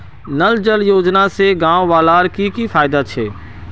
नल जल योजना से गाँव वालार की की फायदा छे?